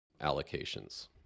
allocations